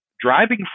driving